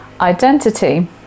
identity